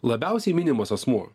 labiausiai minimas asmuo